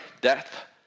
Death